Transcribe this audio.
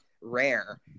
rare